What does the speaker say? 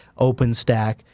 OpenStack